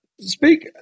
Speak